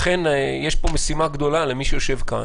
לכן, יש פה משימה גדולה למי שיושב כאן,